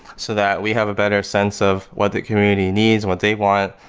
so that we have a better sense of what the community needs, what they want,